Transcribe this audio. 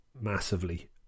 massively